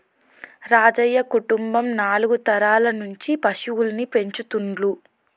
రాజయ్య కుటుంబం నాలుగు తరాల నుంచి పశువుల్ని పెంచుతుండ్లు